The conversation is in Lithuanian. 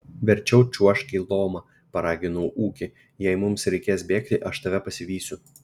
verčiau čiuožk į lomą paraginau ūkį jei mums reikės bėgti aš tave pasivysiu